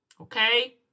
Okay